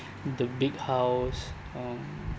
the big house um